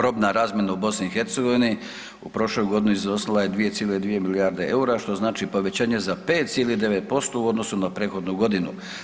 Robna razmjena u BiH u prošloj godini iznosila je 2.2 milijarde EUR-a, što znači povećanje za 5,9% u odnosu na prethodnu godinu.